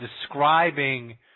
describing